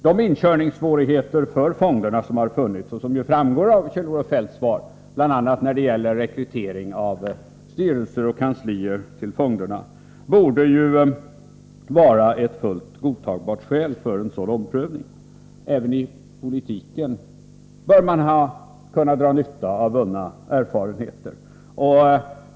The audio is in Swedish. De inkörningssvårigheter för fonderna som har funnits och som framgår av Kjell-Olof Feldts svar, bl.a. när det gäller rekrytering av styrelser och kanslier till fonderna, borde vara ett fullt godtagbart skäl för en sådan omprövning. Även i politiken bör man kunna dra nytta av vunna erfarenheter.